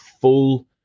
full